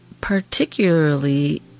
Particularly